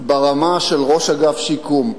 ברמה של ראש אגף שיקום,